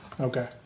Okay